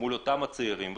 מול אותם צעירים,